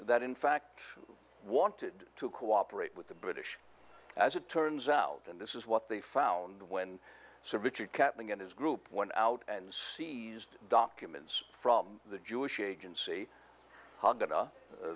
that in fact wanted to cooperate with the british as it turns out and this is what they found when so richard capping and his group went out and seized documents from the jewish agency